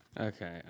Okay